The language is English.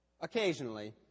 Occasionally